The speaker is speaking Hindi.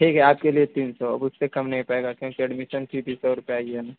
ठीक है आपके लिए तीन सौ अब उससे कम नहीं हो पाएगा क्योंकि एडमिसन फीस भी सौ रुपया ही है